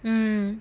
mm